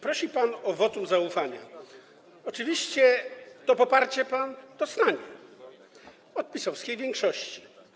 Prosił pan o wotum zaufania, oczywiście to poparcie pan dostanie od PiS-owskiej większości.